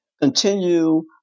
continue